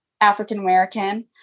African-American